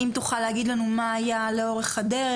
אם תוכל להגיד לנו מה היה לאורך הדרך,